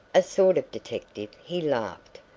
a sort of detective, he laughed,